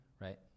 right